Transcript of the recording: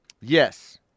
Yes